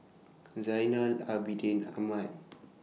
Zainal Abidin Ahmad